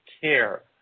care